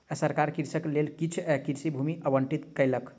सरकार कृषकक लेल किछ कृषि भूमि आवंटित केलक